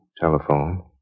telephone